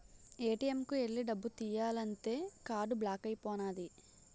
ATM కు ఎల్లి డబ్బు తియ్యాలంతే కార్డు బ్లాక్ అయిపోనాది